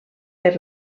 per